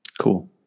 Cool